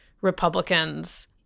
Republicans